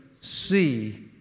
see